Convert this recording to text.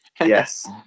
Yes